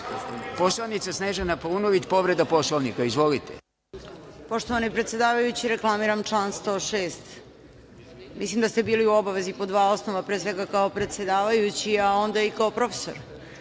poslanica Snežana Paunović, povreda Poslovnika. Izvolite. **Snežana Paunović** Poštovani predsedavajući, reklamiram član 106. Mislim da ste bili u obavezi po dva osnova, pre svega, kao predsedavajući, a onda i kao profesor,